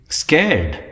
scared